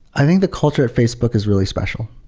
i think the culture of facebook is really special.